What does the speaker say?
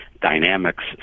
dynamics